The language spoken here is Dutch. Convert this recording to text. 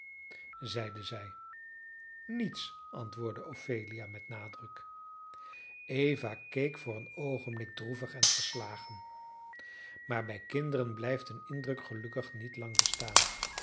zeide zij niets antwoordde ophelia met nadruk eva keek voor een oogenblik droevig en verslagen maar bij kinderen blijft een indruk gelukkig niet lang bestaan